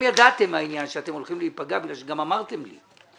ידעתם שאתם הולכים להיפגע כי גם אמרתם לי.